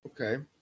Okay